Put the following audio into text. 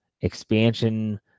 expansion